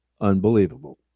unbelievable